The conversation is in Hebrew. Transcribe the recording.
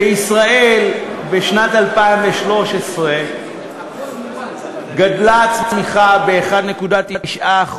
בישראל בשנת 2013 גדלה הצמיחה ב-1.9%,